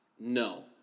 No